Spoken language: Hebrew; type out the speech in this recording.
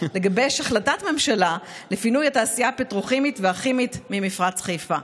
לגבש החלטת ממשלה לפינוי התעשייה הפטרוכימית והכימית ממפרץ חיפה?